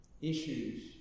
Issues